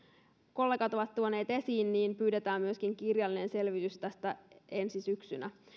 kollegat ovat tuoneet esiin niin pyydetään myöskin kirjallinen selvitys tästä ensi syksynä